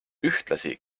ühtlasi